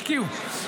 השקיעו,